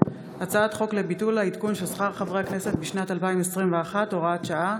הצעת חוק לביטול העדכון של שכר חברי הכנסת בשנת 2021 (הוראת שעה),